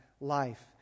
life